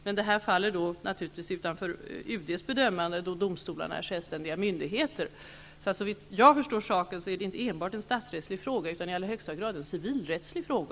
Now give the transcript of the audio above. Men det faller naturligtvis utanför UD:s bedömanden då domstolarna är självständiga myndigheter. Såvitt jag förstår är det alltså inte enbart en statsrättslig fråga utan också i allra högsta grad en civilrättslig fråga.